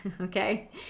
okay